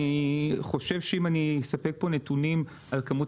אני חושב שאם אני אספק פה נתונים על כמות